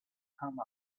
come